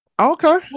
Okay